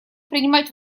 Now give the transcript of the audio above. принимать